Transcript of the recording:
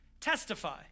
testify